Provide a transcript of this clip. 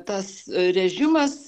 tas režimas